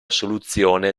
soluzione